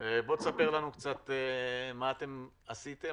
לנו מה עשיתם,